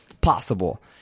possible